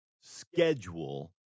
schedule